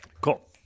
Cool